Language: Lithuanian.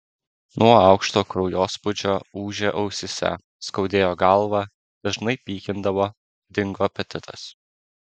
nuo aukšto kraujospūdžio ūžė ausyse skaudėjo galvą dažnai pykindavo dingo apetitas